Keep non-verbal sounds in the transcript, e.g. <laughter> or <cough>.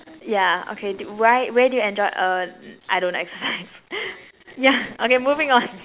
yeah okay did why where did you enjoy uh I don't exercise <laughs> yeah okay moving on